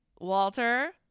Walter